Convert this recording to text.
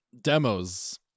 demos